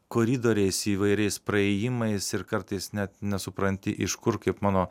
koridoriais įvairiais praėjimais ir kartais net nesupranti iš kur kaip mano